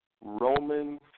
Romans